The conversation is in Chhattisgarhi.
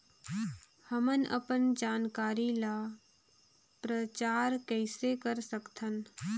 हमन अपन जानकारी ल प्रचार कइसे कर सकथन?